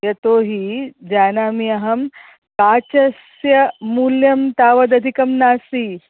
यतो हि जानामि अहं काचस्य मूल्यं तावदधिकं नास्ति